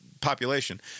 population